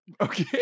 okay